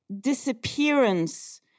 disappearance